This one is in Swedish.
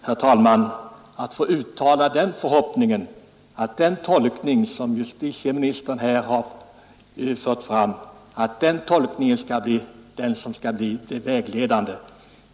Herr talman! Må det tillåtas mig att uttala den förhoppningen att den tolkning som justitieministern här har gjort skall bli normgivande i fortsättningen.